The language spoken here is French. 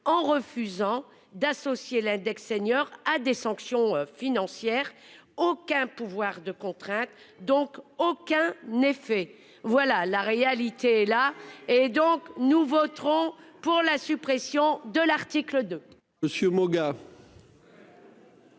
en refusant d'associer l'index senior à des sanctions financières. Aucun pouvoir de contrainte, donc aucun n'est fait. Voilà la réalité est là et donc nous voterons pour la suppression de l'article de.